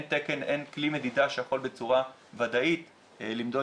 אין כלי מדידה שיכול בצורה ודאית למדוד